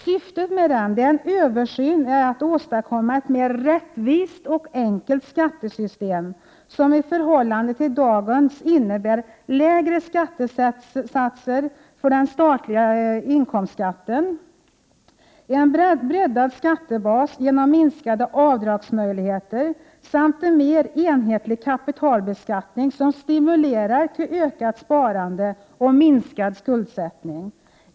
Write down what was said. Syftet är att åstadkomma ett mer rättvist och enkelt skattesystem, som i förhållande till dagens innebär lägre skattesatser för den statliga inkomstskatten, en breddad skattebas genom minskade avdragsmöjligheter samt en mer enhetlig kapitalbeskattning, som stimulerar till ökat sparande och minskad skuldsättning.